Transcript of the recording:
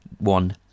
one